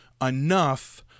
enough